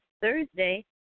Thursday